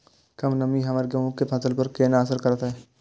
कम नमी हमर गेहूँ के फसल पर केना असर करतय?